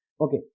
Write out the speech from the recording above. okay